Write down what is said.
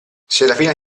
serafina